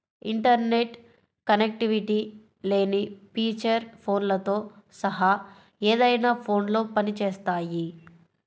internet connectivity లేని feature ఫోన్లతో సహా ఏదైనా ఫోన్లో పని చేస్తాయి